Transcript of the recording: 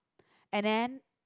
and then